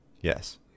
Yes